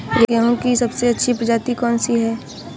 गेहूँ की सबसे अच्छी प्रजाति कौन सी है?